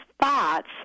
thoughts